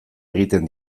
egiten